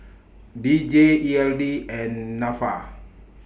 D J E L D and Nafa